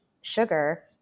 sugar